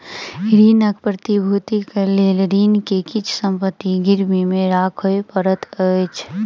ऋणक प्रतिभूतिक लेल ऋणी के किछ संपत्ति गिरवी राखअ पड़ैत अछि